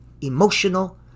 emotional